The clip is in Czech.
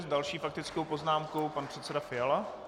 S další faktickou poznámkou pan předseda Fiala.